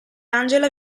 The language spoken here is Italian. angela